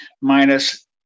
minus